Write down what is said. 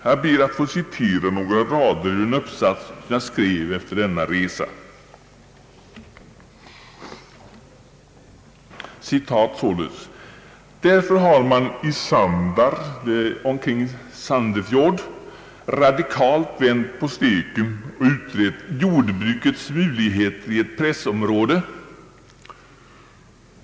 Jag ber att få citera några rader ur en uppsats, som jag skrev efter denna resa: »Därför har man i Sandar radikalt vänt steken och utrett ”Jordbrukets muligheter i et pressområde'.